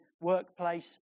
workplace